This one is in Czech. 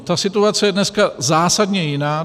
Ta situace je dneska zásadně jiná.